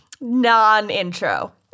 non-intro